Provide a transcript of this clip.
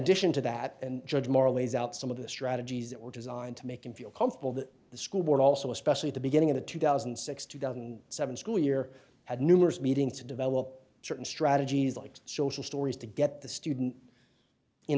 addition to that and judge moore lays out some of the strategies that were designed to make him feel comfortable that the school board also especially at the beginning of the two thousand and six two thousand and seven school year had numerous meetings to develop certain strategies like social stories to get the student in